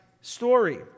story